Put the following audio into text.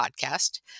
podcast